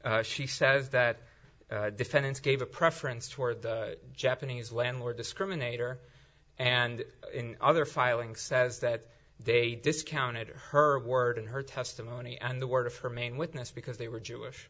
d she says that defendants gave a preference toward the japanese landlord discriminator and in other filing says that they discounted her word in her testimony and the word of her main witness because they were jewish